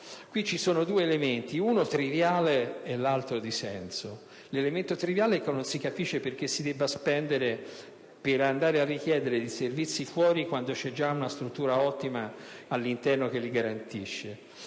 ravviso due elementi: uno triviale e l'altro di senso. L'elemento triviale è che non si capisce perché si debba spendere per andare a richiedere tali servizi all'esterno quando c'è già una struttura ottima all'interno che li garantisce.